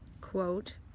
quote